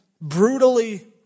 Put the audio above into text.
brutally